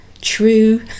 true